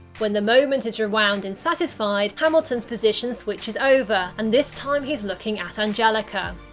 when the moment is rewound in satisfied, hamilton's position switches over, and this time he's looking at angelica.